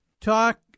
Talk